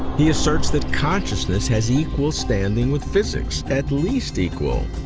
he asserts that consciousness has equal standing with physics, at least equal,